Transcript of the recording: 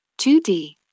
2D